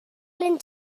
owain